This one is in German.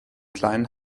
kleinen